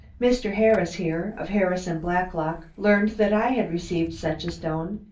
mr. harris here, of harris and blacklock, learned that i had received such a stone,